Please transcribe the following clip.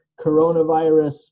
Coronavirus